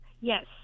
Yes